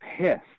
pissed